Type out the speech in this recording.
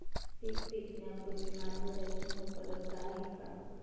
पीक विकण्यापूर्वी मार्गदर्शन उपलब्ध आहे का?